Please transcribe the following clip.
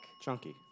Chunky